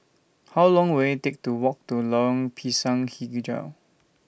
How Long Will IT Take to Walk to Lorong Pisang Hijau